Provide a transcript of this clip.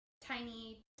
tiny